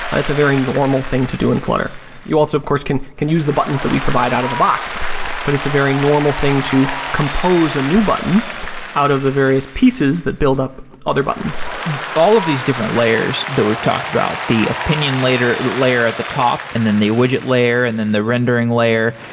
and a very normal thing to do in flutter you also of course can can use the buttons that we provide out of the box but it's a very normal thing to compose a new button out of the various pieces that build up other buttons all of these different layers that we've talked about, the opinion layer at the top and then the widget layer and then the rendering layer,